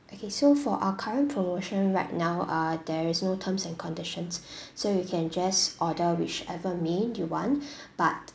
okay so for our current promotion right now uh there is no terms and conditions so you can just order whichever main you want but